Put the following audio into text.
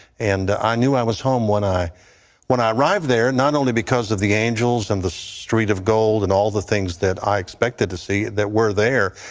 and i knew i was home when i when i arrived there not only because of the angels and the street of gold and all the things that i expected to see that were there.